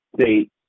state